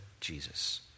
Jesus